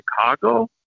Chicago